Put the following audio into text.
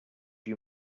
you